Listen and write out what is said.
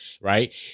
Right